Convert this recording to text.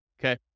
Okay